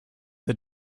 the